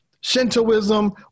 Shintoism